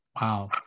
Wow